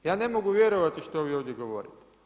Ja ne mogu vjerovati što vi ovdje govorite.